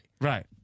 Right